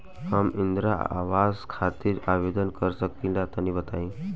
हम इंद्रा आवास खातिर आवेदन कर सकिला तनि बताई?